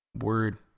word